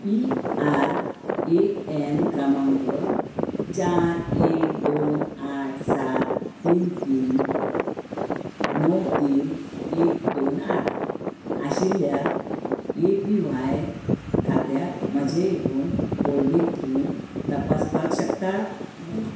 PRAN क्रमांक चार एक दोन आठ सात तीन तीन णव तीन एक दोन आठ आशिल्ल्या एपीव्हाय खात्यात म्हजें एकूण होल्डींग तूं तपासपाक शकता